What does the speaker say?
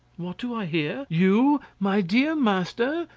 what do i hear? you, my dear master!